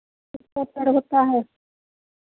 किसका पेड़ होता है